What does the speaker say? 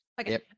Okay